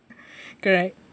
correct